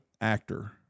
Actor